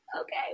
Okay